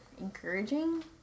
encouraging